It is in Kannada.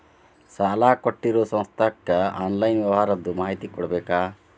ಸಾಲಾ ಕೊಟ್ಟಿರೋ ಸಂಸ್ಥಾಕ್ಕೆ ಆನ್ಲೈನ್ ವ್ಯವಹಾರದ್ದು ಮಾಹಿತಿ ಕೊಡಬೇಕಾ?